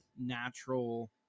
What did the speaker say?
natural